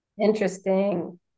interesting